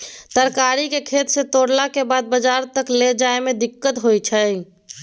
तरकारी केँ खेत सँ तोड़लाक बाद बजार तक लए जाए में दिक्कत होइ छै